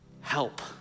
help